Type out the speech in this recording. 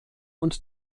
und